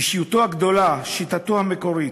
אישיותו הגדולה, שיטתו המקורית,